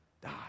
die